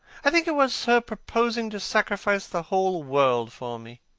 i think it was her proposing to sacrifice the whole world for me.